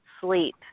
sleep